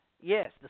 Yes